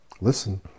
listen